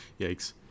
Yikes